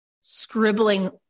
scribbling